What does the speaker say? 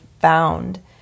found